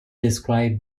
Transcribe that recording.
describe